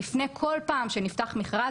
יפנה כל פעם שנפתח מכרז,